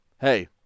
hey